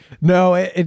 No